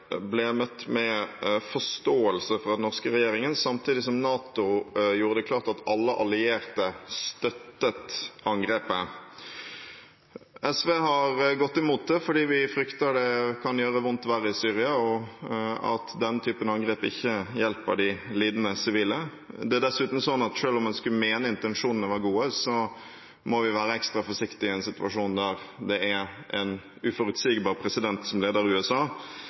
ble møtt med forståelse fra den norske regjeringen samtidig som NATO gjorde det klart at alle allierte støttet angrepet. SV har gått imot det fordi vi frykter det kan gjøre vondt verre i Syria, og at den typen angrep ikke hjelper de lidende sivile. Det er dessuten sånn at selv om en skulle mene intensjonene var gode, må vi være ekstra forsiktig i en situasjon der det er en uforutsigbar president som leder USA.